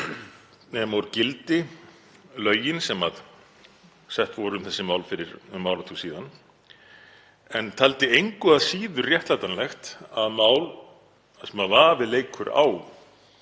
nema úr gildi lögin sem sett voru um þessi mál fyrir um áratug síðan. Hún taldi engu að síður réttlætanlegt að slíkt mál, sem vafi leikur á